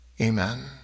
Amen